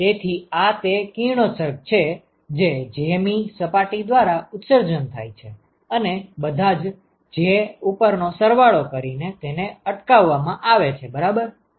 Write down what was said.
તેથી આ તે કિરણોત્સર્ગ છે જે j મી સપાટી દ્વારા ઉત્સર્જન થાય છે અને બધા j ઉપરનો સરવાળો કરીને તેને અટકાવવામાં આવે છે બરાબર